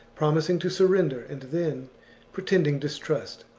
promising to surrender and then pretending distrust,